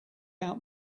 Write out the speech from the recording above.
out